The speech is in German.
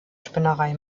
spinnerei